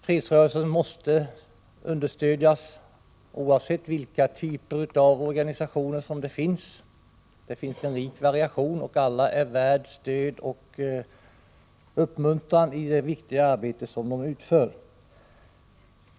Fredsrörelsen måste understödjas, oavsett vilka typer av organisationer som det är fråga om. Det finns en rik variation av organisationer, och alla är värda stöd och uppmuntran i det viktiga arbete som de utför.